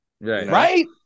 Right